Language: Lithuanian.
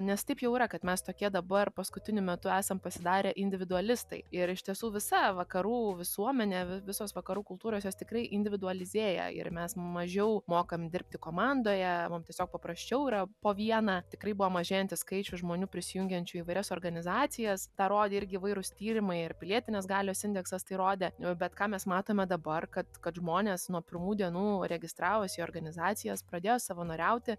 nes taip jau yra kad mes tokie dabar paskutiniu metu esam pasidarę individualistai ir iš tiesų visa vakarų visuomenė visos vakarų kultūros jos tikrai individualizėja ir mes mažiau mokam dirbti komandoje mum tiesiog paprasčiau yra po vieną tikrai buvo mažėjantis skaičių žmonių prisijungiančių į įvairias organizacijas tą rodė irgi įvairūs tyrimai ir pilietinės galios indeksas tai rodė jau bet ką mes matome dabar kad kad žmonės nuo pirmų dienų registravosi į organizacijas pradėjo savanoriauti